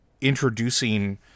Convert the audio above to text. introducing